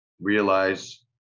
realize